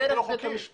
יום יום דרך בית המשפט.